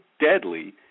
deadly